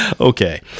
okay